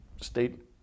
state